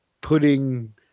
putting